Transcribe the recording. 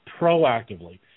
proactively